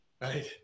right